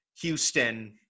Houston